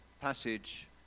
passage